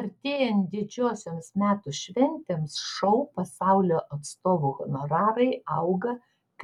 artėjant didžiosioms metų šventėms šou pasaulio atstovų honorarai auga